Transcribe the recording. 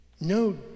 no